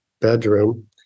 bedroom